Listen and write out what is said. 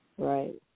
Right